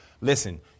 Listen